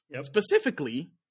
Specifically